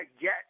get